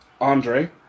Andre